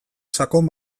sakon